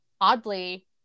oddly